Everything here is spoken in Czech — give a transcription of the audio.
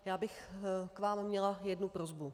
Já bych k vám měla jednu prosbu.